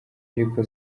ariko